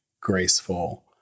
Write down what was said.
graceful